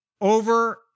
over